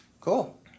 Cool